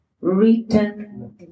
written